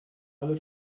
alle